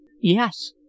Yes